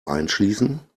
einschließen